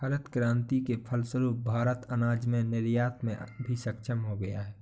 हरित क्रांति के फलस्वरूप भारत अनाज के निर्यात में भी सक्षम हो गया